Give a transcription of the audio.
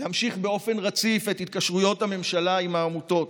להמשיך באופן רציף את התקשרויות הממשלה עם העמותות,